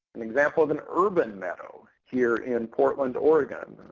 an example of an urban meadow here in portland, oregon,